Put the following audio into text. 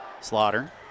Slaughter